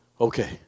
okay